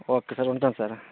okay sir ఉంటాను sir